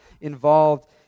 involved